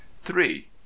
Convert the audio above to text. three